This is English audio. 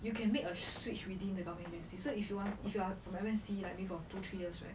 you can make a switch within the government agency so if you want if you are from one agency like maybe for two three years right